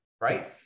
Right